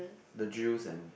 the drills and